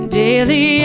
daily